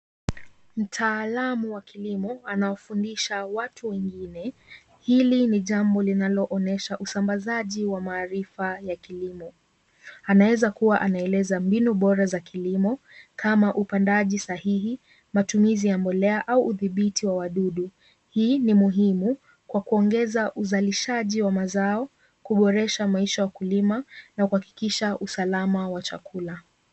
Mtaalamu wa kilimo anaofundisha watu wengine. Hili ni jambo linaloonyesha usambazaji wa maarifa ya kilimo. Anaweza kuwa anaeleza mbinu bora za kilimo kama upandaji sahihi, matumizi ya mbolea au udhibiti wa wadudu. Hii ni muhimu kwa kuongeza uzalishaji wa mazao, kuboresha maisha ya wakulima na kuhakikisha usalama wa chakula.